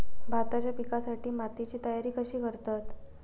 भाताच्या पिकासाठी मातीची तयारी कशी करतत?